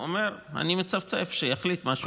אומר: אני מצפצף, שיחליט מה שהוא רוצה.